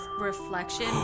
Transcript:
reflection